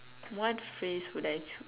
what phrase would I choose